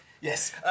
Yes